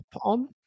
on